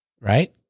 right